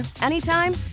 anytime